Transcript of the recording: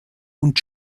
und